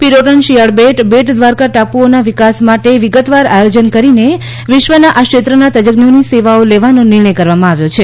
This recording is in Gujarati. પિરોટન શિયાળ બેટ બેટ દ્વારકા ટાપુઓના વિકાસ માટે વિગતવાર આયોજન કરીને વિશ્વના આ ક્ષેત્રના ત જજ્ઞોની સેવાઓ લેવાનો નિર્ણય કરવામાં આવ્યો છે